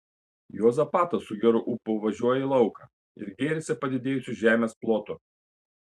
juozapatas su geru ūpu važiuoja į lauką ir gėrisi padidėjusiu žemės plotu